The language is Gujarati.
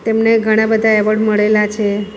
તેમને ઘણા બધા એવોડ મળેલાં છે